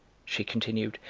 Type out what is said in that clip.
she continued,